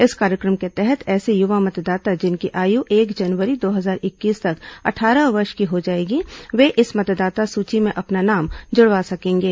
इस कार्यक्रम के तहत ऐसे युवा मतदाता जिनकी आयु एक जनवरी दो हजार इक्कीस तक अट्ठारह वर्ष की हो जाएगी वे इस मतदाता सूची में अपना नाम जुड़वा सकेंगे